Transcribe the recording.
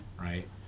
right